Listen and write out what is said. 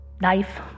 knife